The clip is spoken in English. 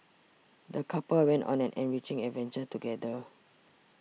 the couple went on an enriching adventure together